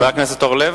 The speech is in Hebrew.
חבר הכנסת אורלב.